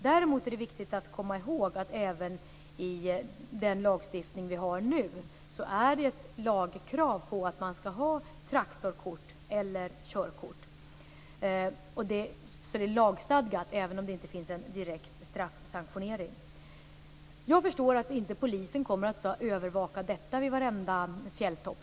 Däremot är det viktigt att komma ihåg att även i nuvarande lagstiftning är lagkravet att man skall ha traktorkort eller körkort. Detta är alltså lagstadgat, även om det inte finns en direkt straffsanktionering. Jag förstår att polisen inte kommer att övervaka detta vid varenda fjälltopp.